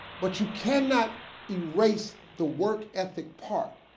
but you cannot erase the work ethic part.